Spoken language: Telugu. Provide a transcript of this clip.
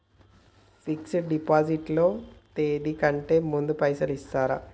ఫిక్స్ డ్ డిపాజిట్ లో తేది కంటే ముందే పైసలు ఇత్తరా?